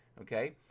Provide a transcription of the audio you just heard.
okay